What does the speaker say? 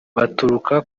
baturuka